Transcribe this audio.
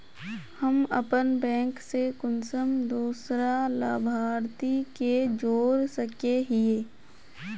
हम अपन बैंक से कुंसम दूसरा लाभारती के जोड़ सके हिय?